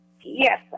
Yes